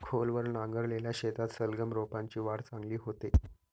खोलवर नांगरलेल्या शेतात सलगम रोपांची वाढ चांगली होते